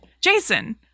Jason